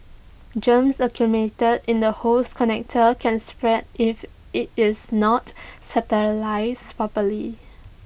germs accumulated in the hose connector can spread if IT is not sterilised properly